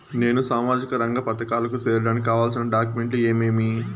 నేను సామాజిక రంగ పథకాలకు సేరడానికి కావాల్సిన డాక్యుమెంట్లు ఏమేమీ?